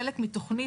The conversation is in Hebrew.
חלק מתוכנית,